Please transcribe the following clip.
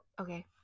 Okay